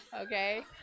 okay